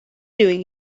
doing